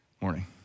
morning